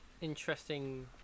interesting